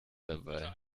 dabei